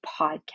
podcast